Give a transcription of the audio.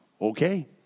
okay